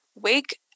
wake